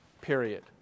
period